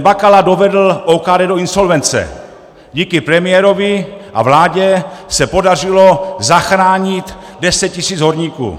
Bakala dovedl OKD do insolvence, díky premiérovi a vládě se podařilo zachránit 10 tisíc horníků.